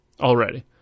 already